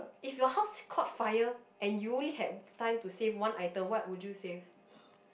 if your house caught fire and you only had time to save one item what would you save